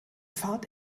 fahrt